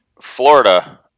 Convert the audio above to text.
Florida